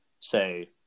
say